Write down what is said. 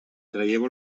traieu